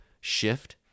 shift